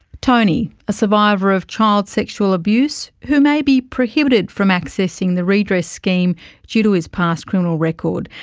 tony, a survivor of child sexual abuse, who may be prohibited from accessing the redress scheme due to his past criminal record.